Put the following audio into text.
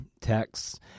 texts